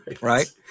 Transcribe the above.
Right